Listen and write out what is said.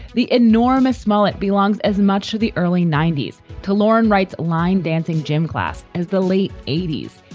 the enormous mollet belongs as much of the early ninety s to lauran rights line dancing gym class as the late eighty s,